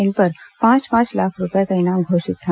इन पर पांच पांच लाख रूपये का इनाम घोषित था